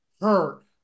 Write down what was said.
hurt